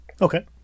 Okay